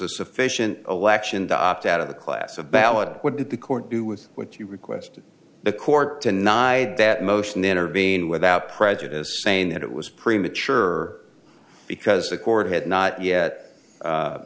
a sufficient election to opt out of the class of ballot would the court do with which you request the court to night that motion intervene without prejudice saying that it was premature because the court had not yet